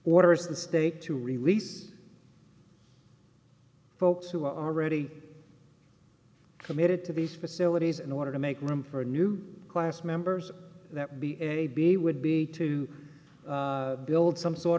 ers the state to release folks who are already committed to these facilities in order to make room for new class members that would be a b would be to build some sort